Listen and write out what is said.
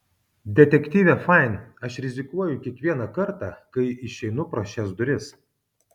detektyve fain aš rizikuoju kiekvieną kartą kai išeinu pro šias duris